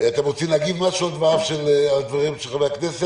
אתם רוצים להגיב על דבריו של חבר הכנסת?